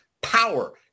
power